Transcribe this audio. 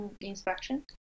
Inspection